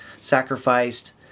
sacrificed